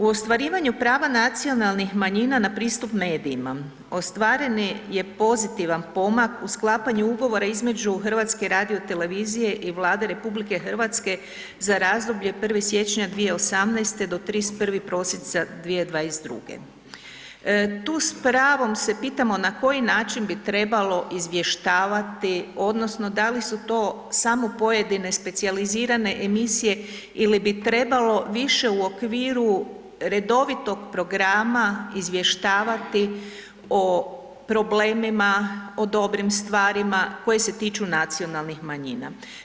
U ostvarivanju prava nacionalnih manjina na pristup medijima ostvaren je pozitivan pomak u sklapanju ugovora između HRT-a i Vlade RH za razdoblje 1. siječnja 2018. do 31. prosinca 2022.g. Tu s pravom se pitamo na koji način bi trebalo izvještavati odnosno da li su to samo pojedine specijalizirane emisije ili bi trebalo više u okviru redovitog programa izvještavati o problemima, o dobrim stvarima koji se tiču nacionalnih manjina.